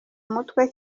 mutwe